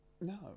No